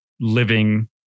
living